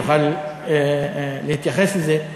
תוכל להתייחס לזה.